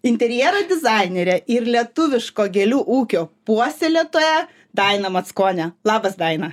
interjero dizainerė ir lietuviško gėlių ūkio puoselėtoja daina mackonė labas daina